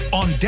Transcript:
on